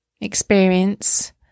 experience